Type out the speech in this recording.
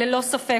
ללא ספק,